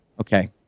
Okay